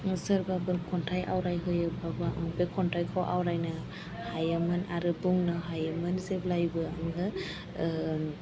सोरबाफोर खन्थाइ आवरायहोयोब्लाबो आं बे खन्थाइखौ आवरायनो हायोमोन आरो बुंनो हायोमोन जेब्लायबो आङो